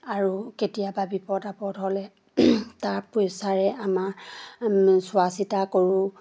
আৰু কেতিয়াবা বিপদ আপদ হ'লে তাৰ পইচাৰে আমাৰ চোৱা চিতা কৰোঁ